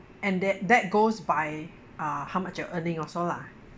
and that that goes by uh how much you're earning also lah